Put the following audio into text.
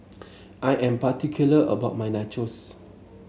I am particular about my Nachos